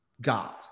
god